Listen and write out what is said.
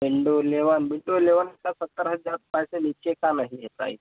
window eleven window eleven में साठ सत्तर हज़ार रुपये से नीचे का नहीं है शायद